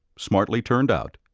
smartly turned out,